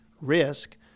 risk